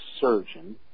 surgeon